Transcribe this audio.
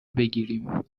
بگیریم